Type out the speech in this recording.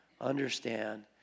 understand